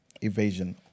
evasion